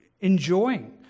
enjoying